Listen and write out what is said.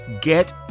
get